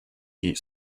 heat